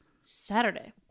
saturday